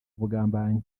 ubugambanyi